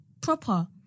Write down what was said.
proper